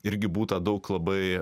irgi būta daug labai